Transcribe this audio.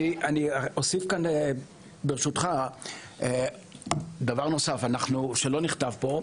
אני אוסיף כאן ברשותך דבר נוסף שלא נכתב פה.